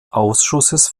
ausschusses